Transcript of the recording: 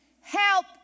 help